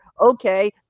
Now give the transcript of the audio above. Okay